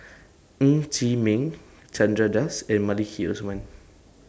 Ng Chee Meng Chandra Das and Maliki Osman